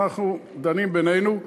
אנחנו דנים בינינו.